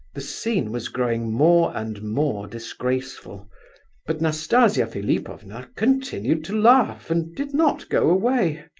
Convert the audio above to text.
the scene was growing more and more disgraceful but nastasia philipovna continued to laugh and did not go away.